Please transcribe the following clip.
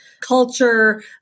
culture